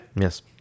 Yes